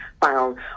found